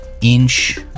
inch